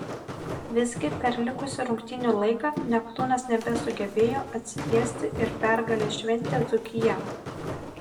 visgi per likusį rungtynių laiką neptūnas nebesugebėjo atsitiesti ir pergalę šventė dzūkija